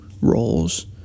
roles